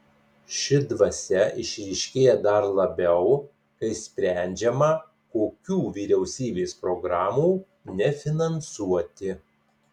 ši dvasia išryškėja dar labiau kai sprendžiama kokių vyriausybės programų nefinansuoti